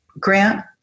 Grant